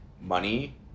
Money